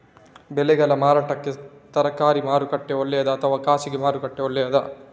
ಬೆಳೆಗಳ ಮಾರಾಟಕ್ಕೆ ಸರಕಾರಿ ಮಾರುಕಟ್ಟೆ ಒಳ್ಳೆಯದಾ ಅಥವಾ ಖಾಸಗಿ ಮಾರುಕಟ್ಟೆ ಒಳ್ಳೆಯದಾ